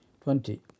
Twenty